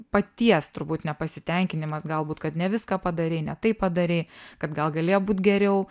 paties turbūt nepasitenkinimas galbūt kad ne viską padarei ne taip padarei kad gal galėjo būt geriau